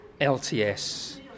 LTS